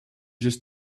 just